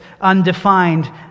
undefined